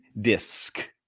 disc